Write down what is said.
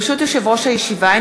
ברשות יושב-ראש הישיבה,